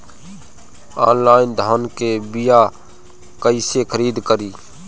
Online धान के बीया कइसे खरीद करी?